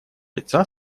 лица